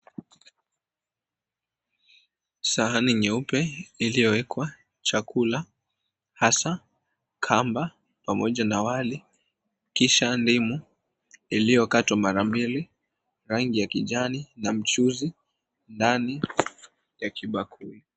Sahani nyeupe iliyowekwa chakula hasa kamba pamoja na wali kisha ndimu lililokatwa mara mbili, rangi ya kijani, na mchuuzi ndani ya kibakuli.